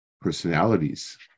personalities